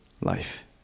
life